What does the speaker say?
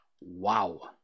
Wow